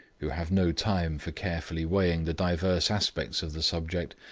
who have no time for carefully weighing the diverse aspects of the subject,